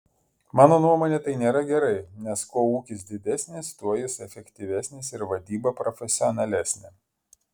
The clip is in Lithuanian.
mano nuomone tai nėra gerai nes kuo ūkis didesnis tuo jis efektyvesnis ir vadyba profesionalesnė